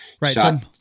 right